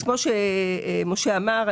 כמו שמשה אמר,